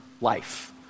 life